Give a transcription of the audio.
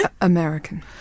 American